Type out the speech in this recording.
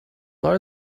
are